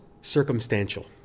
circumstantial